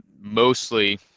mostly